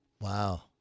Wow